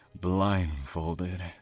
blindfolded